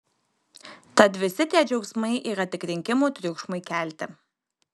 tad visi tie džiaugsmai yra tik rinkimų triukšmui kelti